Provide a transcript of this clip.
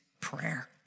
prayer